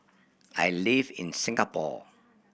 I live in Singapore